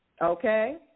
Okay